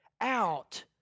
out